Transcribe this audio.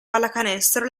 pallacanestro